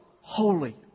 holy